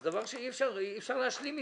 זה דבר שאי אפשר להשלים איתו.